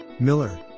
Miller